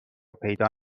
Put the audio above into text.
پیدا